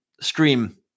stream